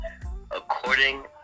According